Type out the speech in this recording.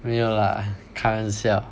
没有 lah 开玩笑